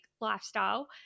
lifestyle